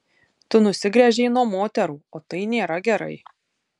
tu nusigręžei nuo moterų o tai nėra gerai